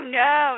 no